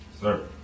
Sir